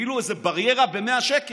כאילו היא איזה בריירה ב-100 שקל.